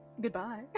goodbye